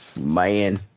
man